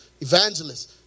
evangelists